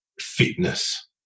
fitness